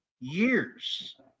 years